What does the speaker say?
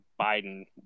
Biden